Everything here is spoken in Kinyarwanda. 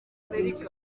america